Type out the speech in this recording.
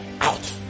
out